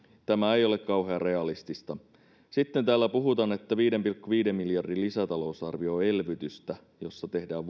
tämä ei ole kauhean realistista sitten täällä puhutaan että viiden pilkku viiden miljardin lisätalousarvio on elvytystä jossa tehdään